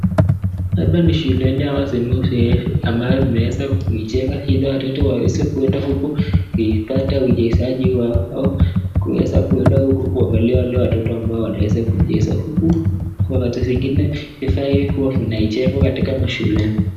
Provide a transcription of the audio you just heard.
Hapa ni shuleni au sehemu feufu ambapo imeweza kujengwa ili watoto waweze kuenda uko wakipata uchezaji wao au kuweza kuenda uko kuangalia wale watoto ambao wanaweza kucheza huku zingine vinafai kujengwa katika mashule...